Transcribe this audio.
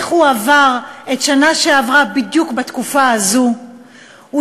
איך הוא עבר בדיוק את התקופה הזו בשנה שעברה,